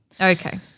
Okay